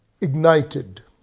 ignited